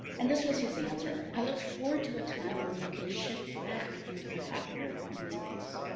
and this was his answer. i look forward to a time when we can shift back into a happier mind space.